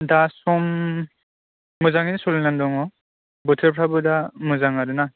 दा सम मोजाङै सोलिनानै दं बोथोरफ्राबो दा मोजां आरोना